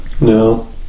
no